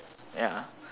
ya